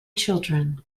children